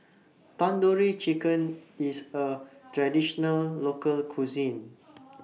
Tandoori Chicken IS A Traditional Local Cuisine